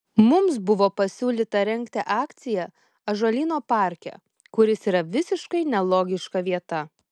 mums buvo pasiūlyta rengti akciją ąžuolyno parke kuris yra visiškai nelogiška vieta